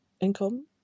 income